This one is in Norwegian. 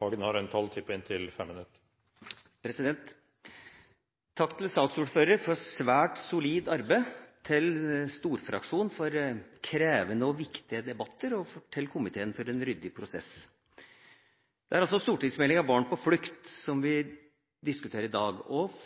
Hagen er enig i. Dermed er replikkordskiftet omme. Takk til saksordføreren for svært solid arbeid, til storfraksjonen for krevende og viktige debatter og til komiteen for en ryddig prosess. Det er altså Meld. St. 27 for 2011–2012, Barn på flukt, vi diskuterer i dag.